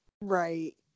Right